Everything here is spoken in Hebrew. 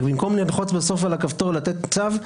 רק שבמקום ללחוץ בסוף על הכפתור כדי לתת את הצו,